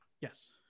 Yes